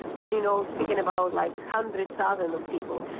and you know speaking about, like, hundred thousands of people.